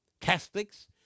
Catholics